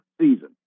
season